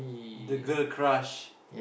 the girl crush